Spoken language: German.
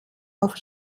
auf